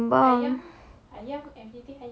mesti lah kembang